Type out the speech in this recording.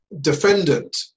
defendant